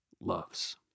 loves